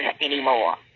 anymore